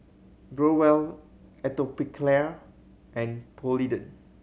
Growell Atopiclair and Polident